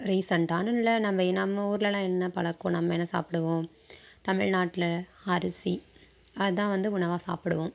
ரிசெண்ட்டானு இல்லை நம்ம நம்ம ஊர்லெலாம் என்ன பழக்கம் நம்ம என்ன சாப்டுவோம் தமிழ்நாட்டில் அரிசி அதுதான் வந்து உணவாக சாப்பிடுவோம்